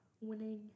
winning